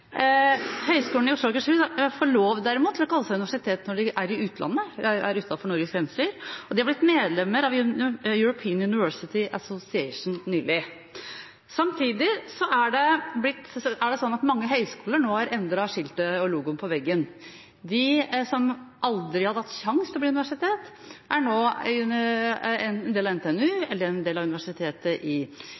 Høgskolen i Oslo og Akershus får derimot lov til å kalle seg universitet når de er utlandet, når de er utenfor Norges grenser, og de er blitt medlem av European University Association nylig. Samtidig er det sånn at mange høyskoler nå har endret skiltet og logoen på veggen. De som aldri hadde hatt sjanse til å bli universitet, er nå en del av NTNU eller en del av universitetet i